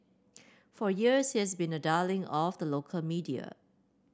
for years has been a darling of the local media